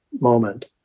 moment